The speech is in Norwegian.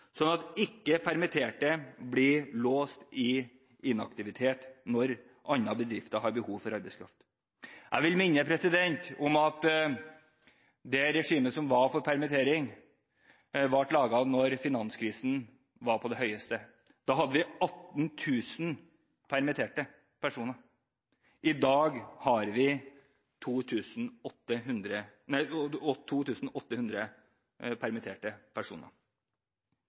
at permitterte ikke blir låst i inaktivitet når andre bedrifter har behov for arbeidskraft. Jeg vil minne om at det forrige regimet for permittering ble laget da finanskrisen var på sitt største. Da hadde vi 18 000 permitterte personer. I dag har vi 2 800 permitterte personer.